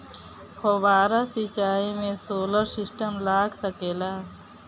फौबारा सिचाई मै सोलर सिस्टम लाग सकेला?